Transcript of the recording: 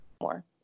more